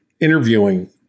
interviewing